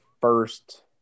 first